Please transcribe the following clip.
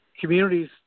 communities